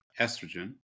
estrogen